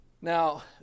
Now